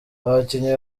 abakinnyi